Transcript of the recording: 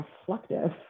reflective